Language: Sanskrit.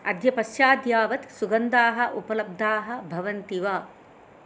अद्य पश्चात् यावत् सुगन्धाः उपलब्धाः भवन्ति वा